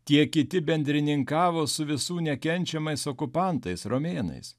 tiek kiti bendrininkavo su visų nekenčiamais okupantais romėnais